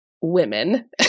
women